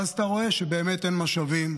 ואז אתה רואה שבאמת אין משאבים,